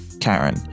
Karen